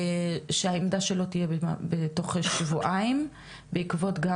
שהעמדה שלו תהיה בתוך שבועיים בעקבות גם